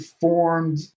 formed